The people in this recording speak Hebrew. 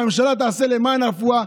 הממשלה תעשה למען הרפואה,